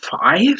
five